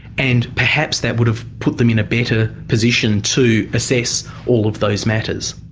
and perhaps that would have put them in a bitter position to assess all of those matters.